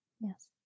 Yes